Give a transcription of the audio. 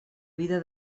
vida